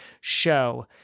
show